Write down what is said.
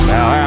Now